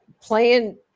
playing